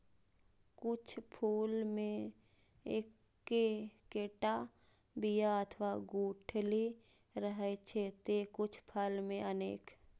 कुछ फल मे एक्केटा बिया अथवा गुठली रहै छै, ते कुछ फल मे अनेक